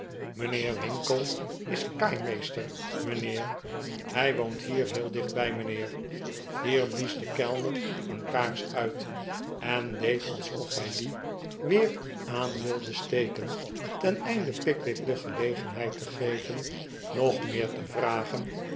mijnheer winkle is kaaimeester mijnheer hij wooht hier heel dichtbij mijnheer hier blies de kehner een kaars uit en deed alsof hij die weer aan wilde steken ten einde pickwick de gelegenheid te geven nog meer te vragen